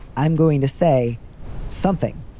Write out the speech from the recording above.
i'm going to say something.